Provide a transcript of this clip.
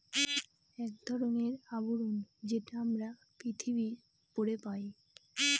এক ধরনের আবরণ যেটা আমরা পৃথিবীর উপরে পাই